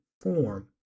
form